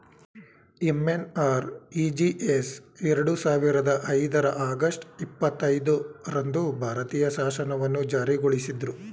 MNREGS ಎರಡು ಸಾವಿರದ ಐದರ ಆಗಸ್ಟ್ ಇಪ್ಪತ್ತೈದು ರಂದು ಭಾರತೀಯ ಶಾಸನವನ್ನು ಜಾರಿಗೊಳಿಸಿದ್ರು